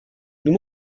nous